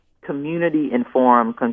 community-informed